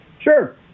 Sure